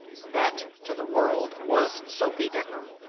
that, to the world, was sophy decker.